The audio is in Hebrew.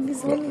אין לי זמן.